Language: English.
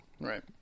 Right